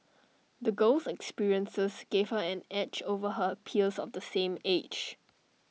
the girl's experiences gave her an edge over her peers of the same age